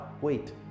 wait